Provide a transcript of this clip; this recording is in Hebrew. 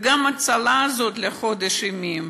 וגם ההצלה הזאת, לחודש ימים.